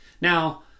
Now